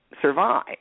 survive